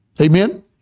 Amen